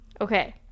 Okay